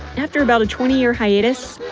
after a about twenty year hiatus,